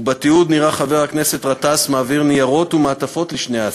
ובתיעוד נראה חבר הכנסת גטאס מעביר ניירות ומעטפות לשני האסירים.